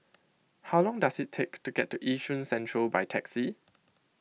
how long does it take to get to Yishun Central by taxi